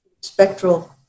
spectral